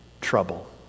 trouble